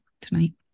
tonight